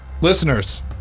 Listeners